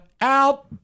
out